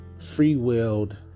free-willed